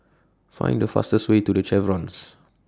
Find The fastest Way to The Chevrons